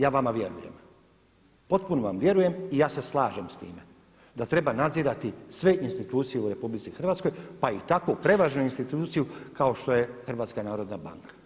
Ja vama vjerujem, potpuno vam vjerujem i ja se slažem s time da treba nadzirati sve institucije u RH pa i takvu prevažnu instituciju kao što je HNB.